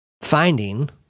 finding